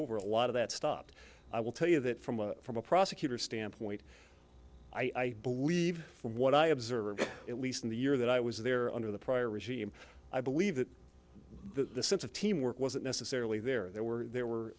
over a lot of that stopped i will tell you that from a from a prosecutor standpoint i believe from what i observed at least in the year that i was there under the prior regime i believe that the sense of teamwork wasn't necessarily there there were there were